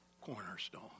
cornerstone